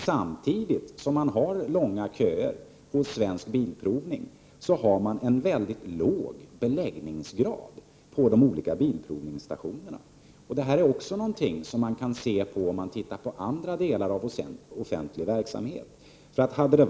Samtidigt som köerna är långa till Svensk Bilprovning, är beläggningsgraden vid de olika bilprovningsstationerna mycket låg. Detta kan man också se hos andra delar av den offentliga verksamheten.